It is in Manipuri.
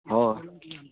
ꯑꯣ